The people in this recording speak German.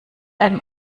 einem